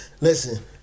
Listen